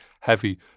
heavy